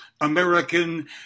American